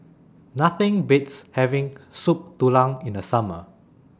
Nothing Beats having Soup Tulang in The Summer